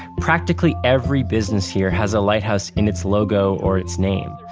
practically every business here has a lighthouse in its logo or its name,